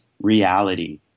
reality